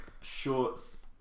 shorts